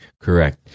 Correct